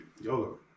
YOLO